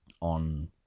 on